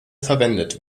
verwendet